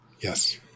Yes